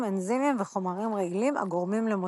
אנזימים וחומרים רעילים הגורמים למותה.